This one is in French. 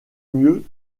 mieux